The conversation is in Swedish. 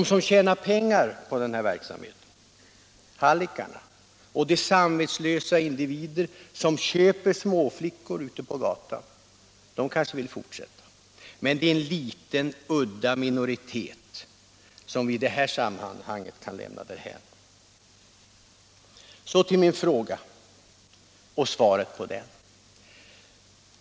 De som tjänar pengar på prostitutionen, hallickarna, och de samvetslösa individer som köper småflickor ute på gatan kanske vill fortsätta, men det är en liten udda minoritet, som vi i det här sammanhanget kan lämna därhän. Så till min fråga och svaret på den.